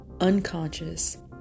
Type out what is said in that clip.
unconscious